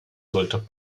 sollte